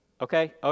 Okay